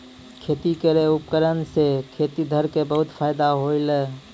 खेती केरो उपकरण सें खेतिहर क बहुत फायदा होलय